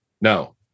No